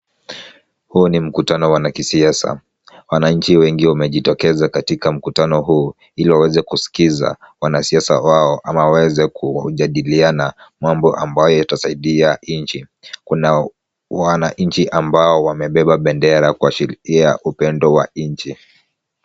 Huu ni mkutano wana kisiasa. Wananchi wengi wamejitokeza katika mkutano huu, ili waweze kuskiza wanasiasa wao ama waweze kujadiliana mambo ambayo yatasaidia nchi. Kuna wananchi ambao wamebeba bendera kuashiria upendo wa nchi.